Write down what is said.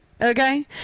Okay